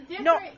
No